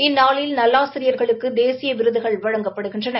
இந்நாளில் நல்லாசிரியர்களுக்கு தேசிய விருதுகள் வழங்கப்படுகின்றன